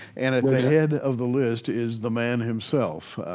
and at head of the list is the man himself,